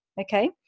Okay